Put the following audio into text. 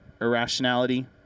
irrationality